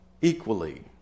equally